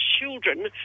children